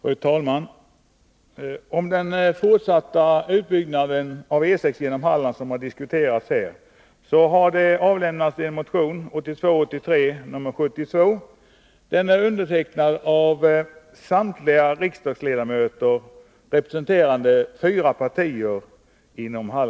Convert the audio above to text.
Fru talman! Om den fortsatta utbyggnaden av E 6:an genom Halland, som diskuterats, har avlämnats en motion, 1982/83:72. Den är undertecknad av samtliga riksdagsledamöter från Hallands län representerande fyra partier.